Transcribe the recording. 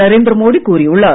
நரேந்திர மோடி கூறியுள்ளார்